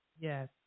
Yes